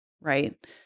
right